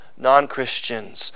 non-Christians